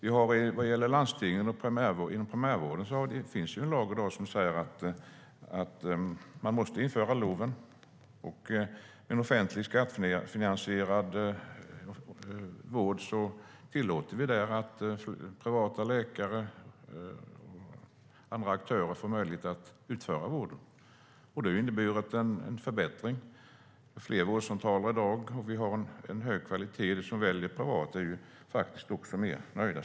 När det gäller landstingen finns det i dag en lag som inom primärvården innebär att man måste införa LOV. Inom offentlig skattefinansierad vård tillåter vi att privata läkare och andra aktörer får möjlighet att utföra vården. Det har inneburit en förbättring, och vi har fler vårdcentraler i dag. Vi har en hög kvalitet, och de som väljer en privat aktör är mer nöjda.